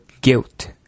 guilt